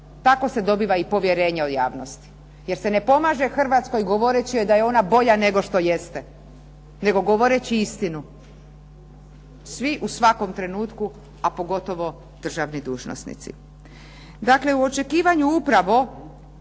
Tako se dobiva i povjerenje u javnosti. Jer se ne pomaže Hrvatskoj govoreći joj da je ona bolja nego što jeste, nego govoreći istinu. Svi u svakom trenutku, a pogotovo državni dužnosnici. Dakle, u očekivanju upravo